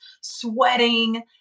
sweating